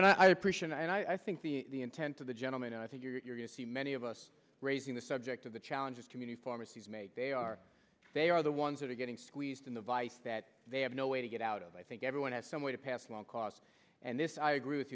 and i appreciate and i think the intent of the gentleman and i think you're going to see many of us raising the subject of the challenge is community pharmacies make they are they are the ones that are getting squeezed in the vice that they have no way to get out of i think everyone has some way to pass along costs and this i agree with